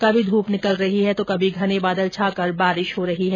कभी धूप निकल रही है तो कभी घने बादल छाकर बारिश हो रही है